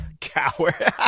Coward